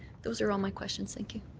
those are all my questions. thank you.